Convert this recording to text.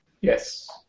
Yes